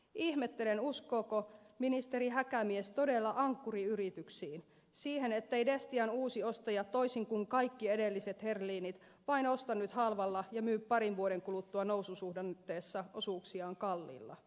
ihmettelen uskooko ministeri häkämies todella ankkuriyrityksiin siihen ettei destian uusi ostaja toisin kuin kaikki edelliset herlinit vain osta nyt halvalla ja myy parin vuoden kuluttua noususuhdanteessa osuuksiaan kalliilla